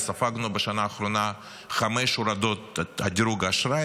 וספגנו בשנה האחרונה חמש הורדות דירוג אשראי